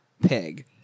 pig